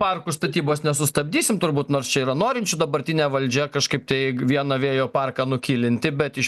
jo parkų statybos nesustabdysim turbūt nors čia yra norinčių dabartinė valdžia kažkaip tai vieną vėjo parką nukilinti bet iš